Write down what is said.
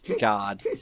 God